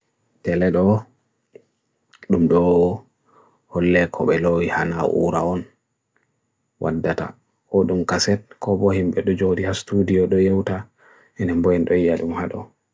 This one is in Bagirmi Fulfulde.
Laawol ngal njahi ko ɗiɗi foore, suufere ɓe njoɓa. Climate change heɓi suufere toɓe e saareje kanko so ndiyanji jooɗi.